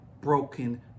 broken